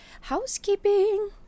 housekeeping